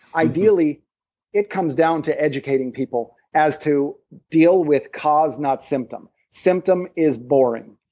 ideally it comes down to educating people as to deal with cause, not symptom. symptom is boring,